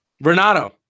renato